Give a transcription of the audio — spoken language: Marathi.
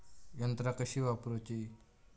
यंत्रा कशी वापरूची?